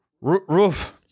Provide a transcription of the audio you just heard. roof